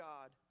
God